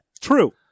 True